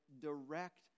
direct